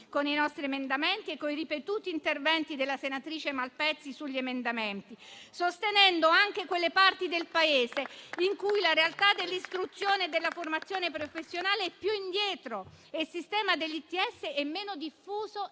con i nostri emendamenti e con i ripetuti interventi della senatrice Malpezzi, sostenendo anche quelle parti del Paese in cui la realtà dell'istruzione e della formazione professionale è più indietro e il sistema degli ITS è meno diffuso